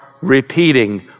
repeating